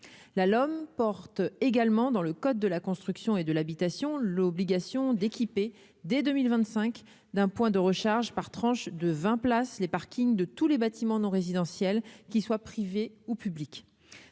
l'homme porte également dans le code de la construction et de l'habitation, l'obligation d'équiper dès 2025, d'un point de recharge par tranches de 20 places les parkings de tous les bâtiments non résidentiels, qu'il soit privé ou public,